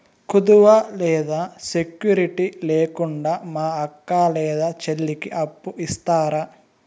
కుదువ లేదా సెక్యూరిటి లేకుండా మా అక్క లేదా చెల్లికి అప్పు ఇస్తారా?